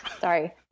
Sorry